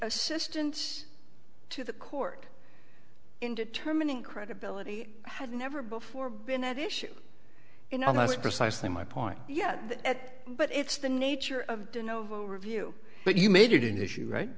assistance to the court indeterminant credibility has never before been at issue in almost precisely my point yet but it's the nature of do novo review but you made an issue right